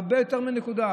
הרבה יותר מנקודה,